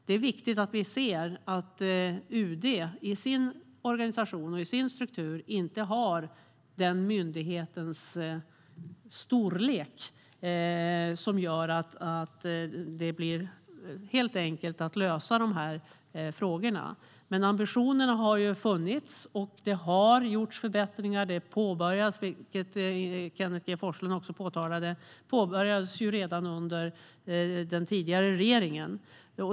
Det är viktigt att vi ser att UD i sin organisation och struktur inte har den myndighetens storlek att det blir helt enkelt att lösa de frågorna. Men ambitionerna har funnits. Det har gjorts förbättringar. Som Kenneth G Forslund påpekade började det arbetet redan under den tidigare regeringen.